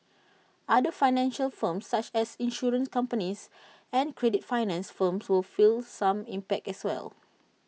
other financial firms such as insurance companies and credit finance firms will feel some impact as well